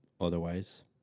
otherwise